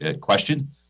Question